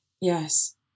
yes